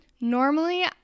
Normally